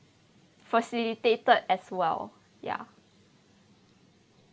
facilitated as well ya